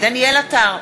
דניאל עטר,